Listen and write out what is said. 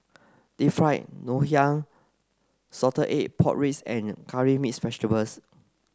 Deep Fried Ngoh Hiang Salted Egg Pork Ribs and Curry Mixed Vegetables